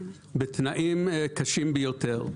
בתנאים קשים ביותר,